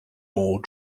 more